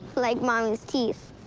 like mommy's teeth.